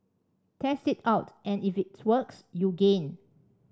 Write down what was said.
test it out and if it works you gain